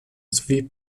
sowie